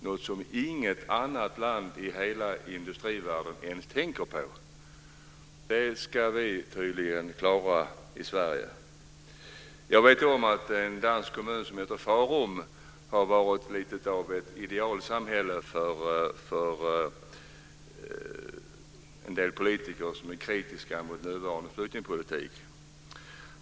Det har inget annat land i hela industrivärlden ens tänkt på. Det ska vi tydligen klara i Sverige. Jag vet att en dansk kommun som heter Farum har varit lite av ett idealsamhälle för en del politiker som är kritiska mot den nuvarande flyktingpolitiken.